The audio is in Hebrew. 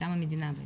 מטעם המדינה בעצם.